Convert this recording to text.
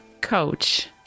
coach